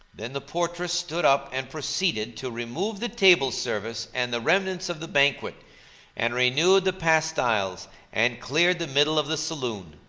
then the portress stood up and proceeded to remove the table service and the remnants of the banquet and renewed the pastiles and cleared the middle of the saloon.